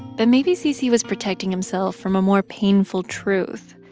but maybe cc was protecting himself from a more painful truth,